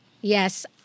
Yes